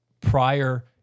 prior